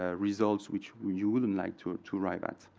ah results which you wouldn't like to to arrive at.